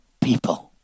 people